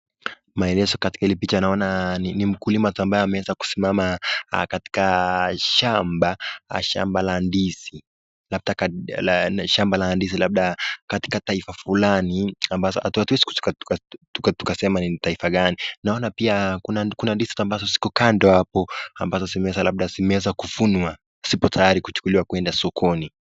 Maelezo katika hili picha naona ni mkulima ambaye ameweza kusimama katika shamba la ndizi labda katika taifa fulani ambazo hatuwezi tukasema ni taifa gani. Naona pia kuna ndizi ambazo ziko kando hapo ambazo zimeweza kuvunwa zipo tayari kuchukuliwa kwenda sokoni.